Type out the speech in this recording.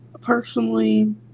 Personally